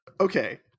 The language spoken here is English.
okay